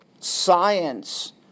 science